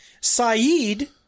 Saeed